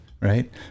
Right